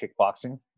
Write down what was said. kickboxing